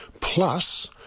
plus